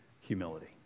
humility